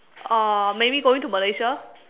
uh maybe going to Malaysia